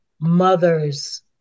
mothers